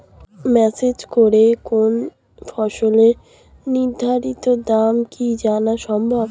Message করে কোন ফসলের নির্ধারিত দাম কি জানা সম্ভব?